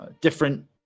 Different